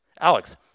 Alex